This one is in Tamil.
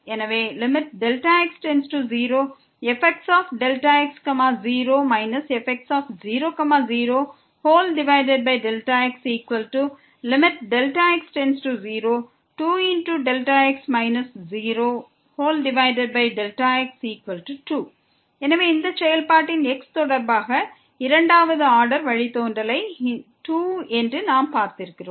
எனவே fxx0 fx00x 2Δx 0Δx 2 எனவே இந்த செயல்பாட்டின் x தொடர்பாக இரண்டாவது ஆர்டர் வழித்தோன்றலை 2 என்று நாம் பார்த்திருக்கிறோம்